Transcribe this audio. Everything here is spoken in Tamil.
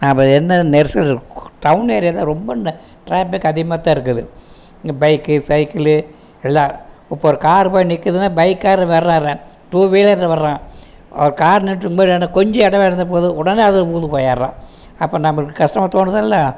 நாம் எந்த நெரிசல் இருக்கக்கூடாது டவுன் ஏரியாவில் ரொம்ப ட்ராபிக் அதிகமாத்தான் இருக்குது பைக் சைக்கிளு எல்லாம் இப்போ ஒரு கார் போய் நிற்குதுன்னா பைக்காரன் வரான் அவன் டூ வீலரில் வரான் அவன் காரு நின்னுகிட்டு இருக்கும்போது கொஞ்சம் இடம் இருந்தால் போதும் உடனே அதில் போய்டுறான் அப்போ நம்மளுக்கு கஷ்டமாக தோணுதில்ல